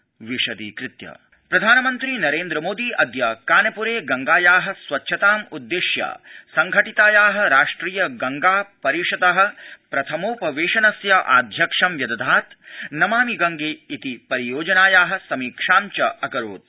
प्रधानमन्त्रीकानप्रम् प्रधानमन्त्री नरेन्द्र मोदी अद्य कानप्रे गङ्गाया स्वच्छतामुद्दिश्य संघटिताया राष्ट्रिय गङ्गा परिषद प्रथमोपवेशनस्य आध्यक्ष्यं व्यदधात् नमामि गंगे इति परियोजनाया समीक्षाञ्च अकरोत्